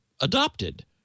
adopted